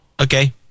Okay